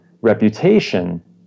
reputation